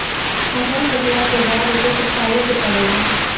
फसल कटला के बाद ओके सुखावे के पड़ेला